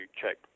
check